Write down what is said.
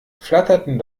flatterten